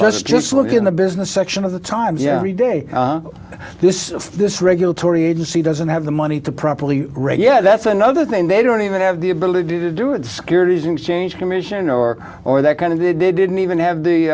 let's just look in the business section of the times a day this this regulatory agency doesn't have the money to properly regulate that's another thing they don't even have the ability to do it securities exchange commission or or that kind of they didn't even have the